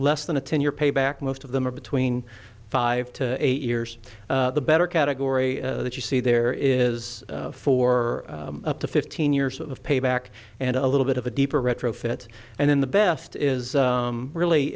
less than a ten year payback most of them are between five to eight years the better category that you see there is for up to fifteen years of payback and a little bit of a deeper retrofit and then the best is really